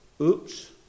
oops